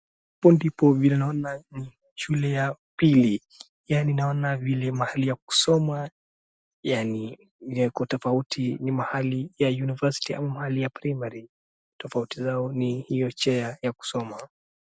Hapo ndipo vile naona ni shule ya upili yani naona vile mahali ya kusoma yani yako tofauti ni mahali ya university ama mahali ya primary , tofauti zao ni hiyo chair ya kusoma.